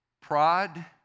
Pride